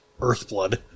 Earthblood